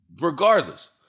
regardless